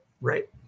Right